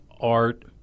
art